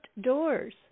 doors